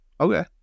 Okay